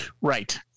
Right